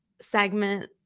segment